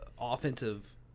offensive